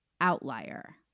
outlier